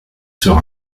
sera